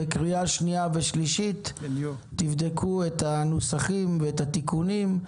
בקריאה שנייה ושלישית תבדקו את הנוסחים ואת התיקונים.